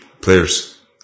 players